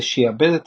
ושיעבד את